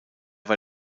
war